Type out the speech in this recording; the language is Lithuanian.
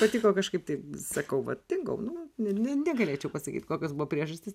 patiko kažkaip taip sakau va dingau nu ne ne negalėčiau pasakyt kokios buvo priežastys